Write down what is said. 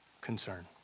concern